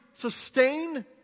sustain